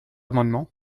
amendement